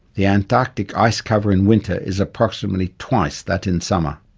the antarctic ice cover in winter is approximately twice that in summer.